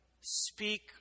speak